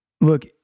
Look